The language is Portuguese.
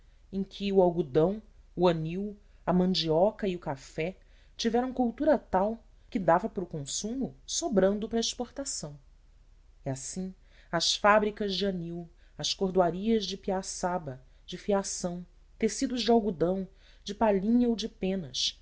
em que o algodão o anil a mandioca e o café tiveram cultura tal que dava para o consumo sobrando para a exportação e assim as fábricas de anil as cordoarias de piaçaba de fiação tecidos e redes de algodão de palhinha ou de penas